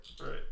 right